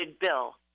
bill